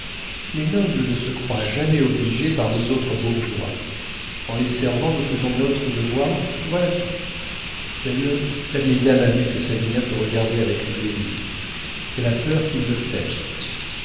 les nobles ne se croient jamais obligés par nous autres bourgeois en les servant nous faisons notre devoir voilà tout d'ailleurs la vieille dame a vu que savinien te regardait avec plaisir elle a peur qu'il ne t'aime